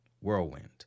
whirlwind